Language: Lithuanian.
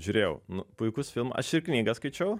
žiūrėjau nu puikus filmas aš ir knygą skaičiau